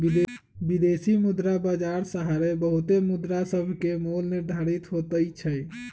विदेशी मुद्रा बाजार सहारे बहुते मुद्रासभके मोल निर्धारित होतइ छइ